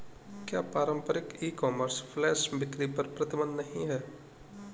क्या पारंपरिक e commerce flash बिक्री पर प्रतिबंध नहीं है?